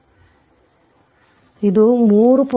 ಆದ್ದರಿಂದ ಇದು 3